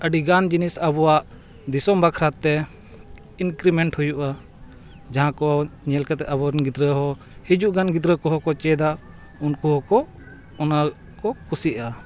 ᱟᱹᱰᱤᱜᱟᱱ ᱡᱤᱱᱤᱥ ᱟᱵᱚᱣᱟᱜ ᱫᱤᱥᱚᱢ ᱵᱟᱠᱷᱨᱟᱛᱮ ᱤᱱᱠᱨᱤᱢᱮᱱᱴ ᱦᱩᱭᱩᱜᱼᱟ ᱡᱟᱦᱟᱸ ᱠᱚ ᱧᱮᱞ ᱠᱟᱛᱮᱫ ᱟᱵᱚᱨᱮᱱ ᱜᱤᱫᱽᱨᱟᱹ ᱦᱚᱸ ᱦᱤᱡᱩᱜ ᱜᱟᱱ ᱜᱤᱫᱽᱨᱟᱹ ᱠᱚᱦᱚᱸ ᱠᱚ ᱪᱮᱫᱟ ᱩᱱᱠᱩ ᱦᱚᱸᱠᱚ ᱚᱱᱟᱠᱚ ᱠᱩᱥᱤᱜᱼᱟ